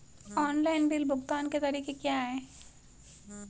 Online bill भुगतान के तरीके क्या हैं?